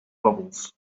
bubbles